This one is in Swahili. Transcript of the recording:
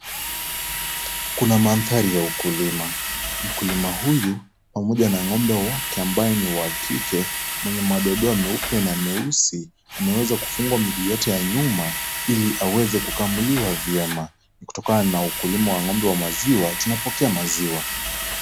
Kuna manthari ya ukulima. Mkulima huyu pamoja na ng'ombe wake ambao ni wa kike, Mwenye madoa doa meupe na meusi, ameweza kufungwa miguu yote ya nyuma, ili aweze kukamuliwa. Ni kutokana na ukulima wa ng'ombe wa maziwa ,tunapokea maziwa.